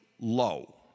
low